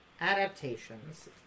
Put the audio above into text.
Adaptations